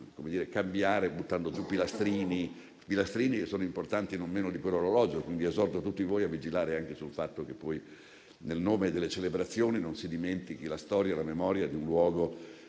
di cambiare, buttando giù i pilastrini, che sono importanti non meno del citato orologio. Quindi esorto tutti voi a vigilare anche sul fatto che poi, nel nome delle celebrazioni, non si dimentichino la storia e la memoria di un luogo,